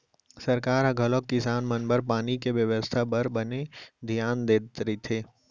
सरकार ह घलौक किसान मन बर पानी के बेवस्था बर बने धियान देत रथे